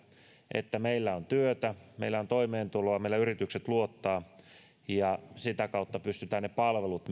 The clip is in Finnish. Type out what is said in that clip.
että meillä on työtä meillä on toimeentuloa meillä yritykset luottavat ja sitä kautta pystytään myöskin ne palvelut